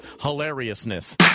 hilariousness